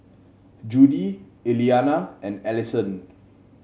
Judy Eliana and Allyson